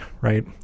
right